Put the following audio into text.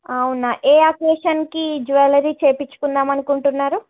అవునా ఏ అకేషన్కి జ్యువెలరీ చేయించుకుందాం అనుకుంటున్నారు